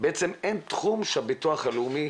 בעצם אין תחום שהביטוח הלאומי